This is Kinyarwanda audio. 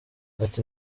ati